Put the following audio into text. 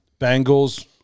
Bengals